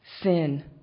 sin